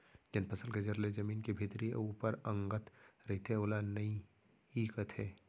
जेन फसल के जर ले जमीन के भीतरी अउ ऊपर अंगत रइथे ओला नइई कथें